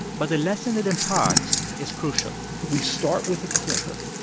but the lesson it imparts is crucial we start with a clicker